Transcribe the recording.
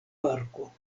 parko